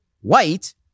White